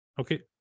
Okay